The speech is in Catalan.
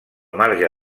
marge